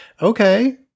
Okay